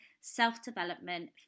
self-development